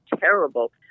terrible